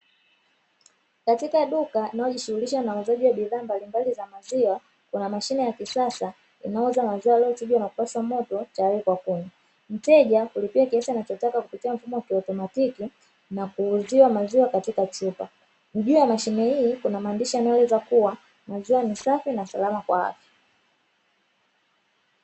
Katika duka linalojishugulisha na uuzaji wa bidhaa mbalimbali za maziwa, kuna mashine ya kisasa inayouza maziwa yaliyochujwa na kupashwa moto tayari kwa kunywa, mteja hulipia kiasi anachotaka kwa kupitia mfumo wa kiautomatiki na kuuziwa maziwa katika chupa, juu ya mashine hii kuna maandishi yanayoeleza kuwa, maziwa ni safi na salama kwa afya.